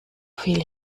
viel